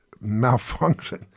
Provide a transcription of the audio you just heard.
malfunction